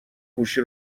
گوشی